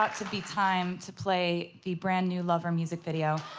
um be time to play the brand-new lover music video.